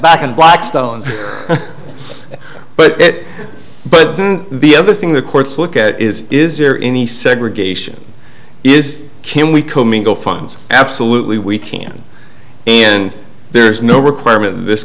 back in blackstone but it but then the other thing the courts look at is is there any segregation is can we comingle funds absolutely we can and there's no requirement th